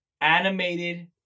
animated